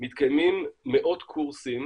מתקיימים מאות קורסים